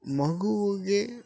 ಮಗುವಿಗೆ